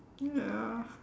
ya